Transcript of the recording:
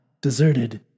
deserted